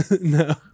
No